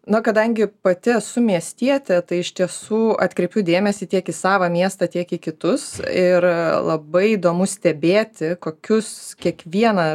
na kadangi pati esu miestietė tai iš tiesų atkreipiu dėmesį tiek į savą miestą tiek į kitus ir labai įdomu stebėti kokius kiekviena